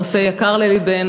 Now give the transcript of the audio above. הנושא יקר ללבנו,